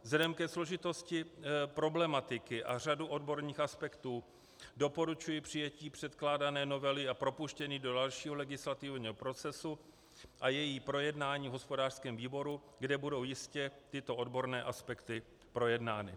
Vzhledem ke složitosti problematiky a řadě odborných aspektů doporučuji přijetí předkládané novely a propuštění do dalšího legislativního procesu a její projednání v hospodářském výboru, kde budou jistě tyto odborné aspekty projednány.